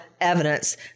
evidence